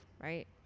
right